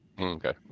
Okay